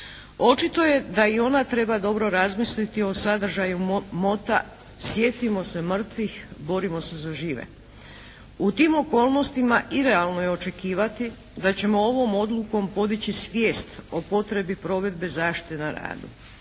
Očito je da i ona treba dobro razmisliti o sadržaju mota "Sjetimo se mrtvih, borimo se za žive.". U tim okolnostima irealno je očekivati da ćemo ovom odlukom podići svijest o potrebi provedbe zaštite na radu.